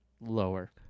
Lower